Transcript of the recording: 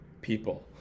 people